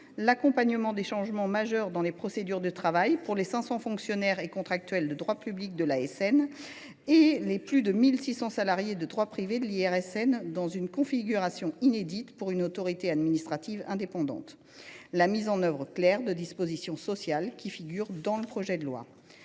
l’accompagnement des changements majeurs dans les procédures de travail des 500 fonctionnaires et contractuels de droit public de l’ASN et des quelque 1 600 salariés de droit privé de l’IRSN, dans une configuration inédite pour une autorité administrative indépendante ; et, enfin, la mise en œuvre claire des dispositions sociales qui figurent dans le projet de loi.